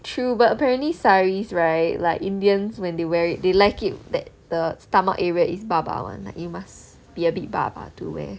true but apparently saris right like indians when they were they like it that the stomach area is baba [one] you must be a bit baba to wear